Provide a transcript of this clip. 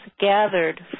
gathered